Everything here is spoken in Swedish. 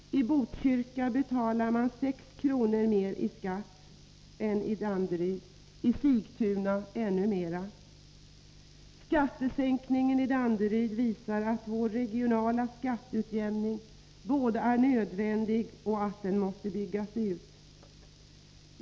I Botkyrka betalar man 6 kr. mer i skatt än i Danderyd, i Sigtuna ännu mer. Skattesänkningen i Danderyd visar att regional skatteutjämning både är nödvändig och måste byggas ut.